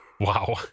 Wow